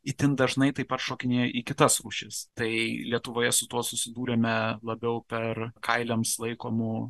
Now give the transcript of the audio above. itin dažnai taip pat šokinėja į kitas rūšis tai lietuvoje su tuo susidūrėme labiau per kailiams laikomų